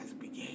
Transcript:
began